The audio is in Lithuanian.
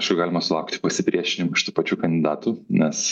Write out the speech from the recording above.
aišku galima sulaukti pasipriešinimo iš tų pačių kandidatų nes